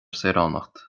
saoránacht